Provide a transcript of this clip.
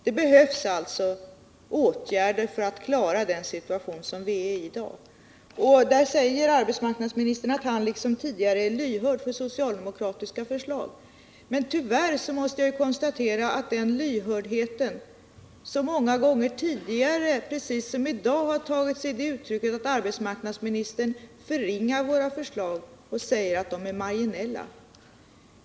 Det behövs alltså åtgärder för att klara den situation som vi står inför i dag. Arbetsmarknadsministern säger att han liksom tidigare är lyhörd för socialdemokratiska förslag, men tyvärr måste jag konstatera att den lyhördheten som många gånger tidigare, precis som i dag, har tagit sig uttrycket att arbetsmarknadsministern förringar våra förslag och säger att de är marginella.